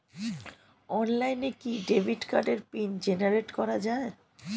অনলাইনে কি ডেবিট কার্ডের পিন জেনারেট করা যায়?